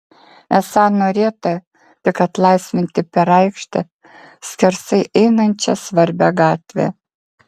esą norėta tik atlaisvinti per aikštę skersai einančią svarbią gatvę